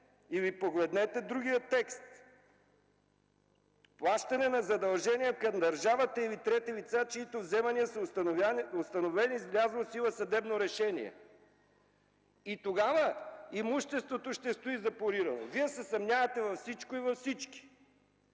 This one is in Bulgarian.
Погледнете другия текст – „Плащане на задължения на държавата или трети лица, чиито вземания са установени с влязло в сила съдебно решение”. Тогава имуществото ще стои запорирано. Вие се съмнявате във всички и във всичко!